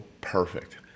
perfect